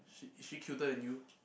she is she cuter than you